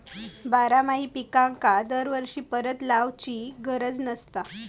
बारमाही पिकांका दरवर्षी परत लावायची गरज नसता